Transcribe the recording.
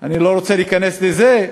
ואני לא רוצה להיכנס לזה.